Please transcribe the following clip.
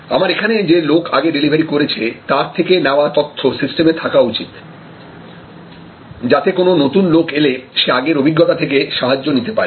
আমার এখানে যে লোক আগে ডেলিভারি করেছে তার থেকে নেওয়া তথ্য সিস্টেমে থাকা উচিত যাতে কোনো নতুন লোক এলে সে আগের অভিজ্ঞতা থেকে সাহায্য নিতে পারে